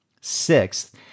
Sixth